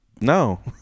No